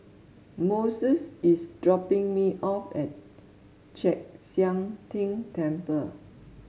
Moses is dropping me off at Chek Sian Tng Temple